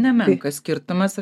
nemenkas skirtumas